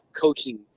coaching